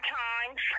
times